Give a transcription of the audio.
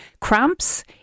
cramps